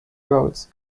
roads